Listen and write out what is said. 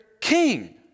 king